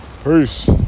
Peace